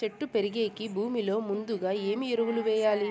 చెట్టు పెరిగేకి భూమిలో ముందుగా ఏమి ఎరువులు వేయాలి?